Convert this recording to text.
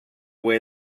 way